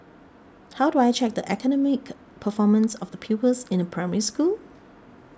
how do I check the academic performance of the pupils in a Primary School